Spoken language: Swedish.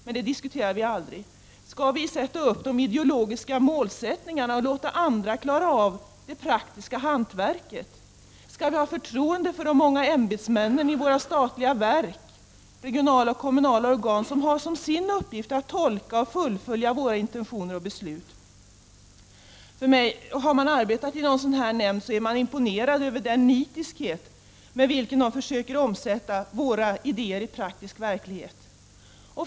Men det diskuterar vi aldrig. Skall vi sätta upp de ideologiska målsättningarna och låta andra klara av det praktiska hantverket? Skall vi ha förtroende för de många ämbetsmännen i våra statliga verk, regionala och lokala organ som har som sin uppgift att tolka och följa våra intentioner och beslut? Om man har arbetat i en nämnd är man imponerad över den nitiskhet med vilken tjänstemännen försöker omsätta våra idéer i praktisk verklighet.